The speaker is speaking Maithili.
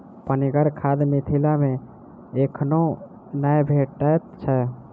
पनिगर खाद मिथिला मे एखनो नै भेटैत छै